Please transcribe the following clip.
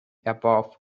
above